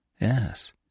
Yes